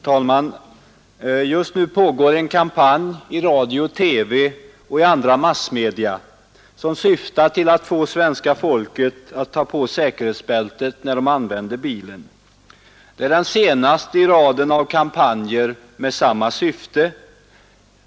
Herr talman! Just nu pågår en kampanj i radio och TV och andra massmedia som syftar till att få svenskarna att ta på säkerhetsbältet när de använder bilen. Det är den senaste i raden av kampanjer med samma syfte.